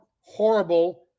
horrible